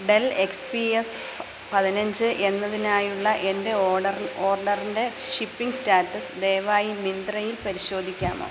del X P S പതിനഞ്ച് എന്നതിനായുള്ള എൻ്റെ ഓർഡറിൻ്റെ ഷിപ്പിംഗ് സ്റ്റാറ്റസ് ദയവായി മിന്ത്ര യിൽ പരിശോധിക്കാമോ